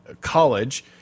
college